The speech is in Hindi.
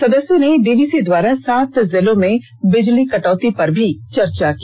सदस्यों नें डीवीसी द्वारा सात जिलों में बिजली कटौती पर भी चर्चा की